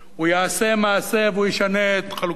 הוא יעשה מעשה, והוא ישנה את חלוקת